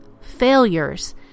failures